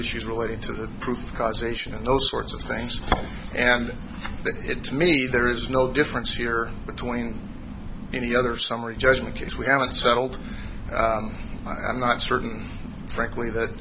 issues relating to that prove causation and those sorts of things and it to me there is no difference here between any other summary judgment is we haven't settled i'm not certain frankly that